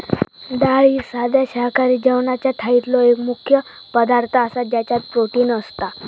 डाळ ही साध्या शाकाहारी जेवणाच्या थाळीतलो एक मुख्य पदार्थ आसा ज्याच्यात प्रोटीन असता